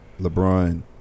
LeBron